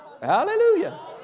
Hallelujah